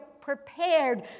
prepared